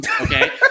Okay